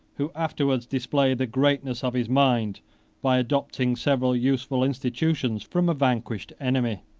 who afterwards displayed the greatness of his mind by adopting several useful institutions from a vanquished enemy.